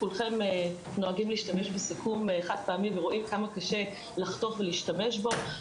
כולכם נוהגים להשתמש בסכו"ם חד פעמי ורואים כמה קשה לחתוך ולהשתמש בו,